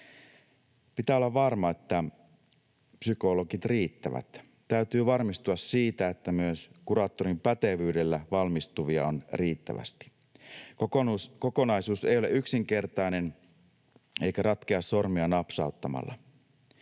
Pitää olla varmaa, että psykologit riittävät. Täytyy varmistua siitä, että myös kuraattorin pätevyydellä valmistuvia on riittävästi. Kokonaisuus ei ole yksinkertainen eikä ratkea sormia napsauttamalla.